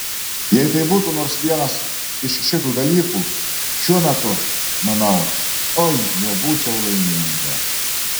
jei tai būtų nors vienas iš šitų dalykų šiuo metu manau oi jau būčiau laiminga